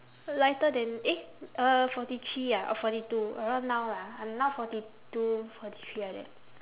lighter than eh uh forty three ah or forty two around now lah I'm now forty two forty three like that